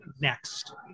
next